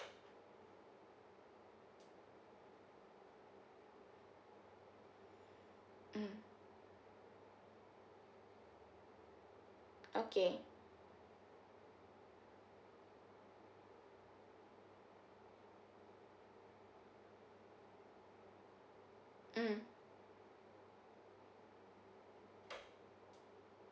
mm okay mm